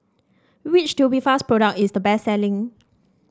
which Tubifast product is the best selling